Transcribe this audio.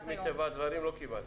וחלק, מטבע הדברים, לא קיבלתם.